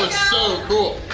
so cool!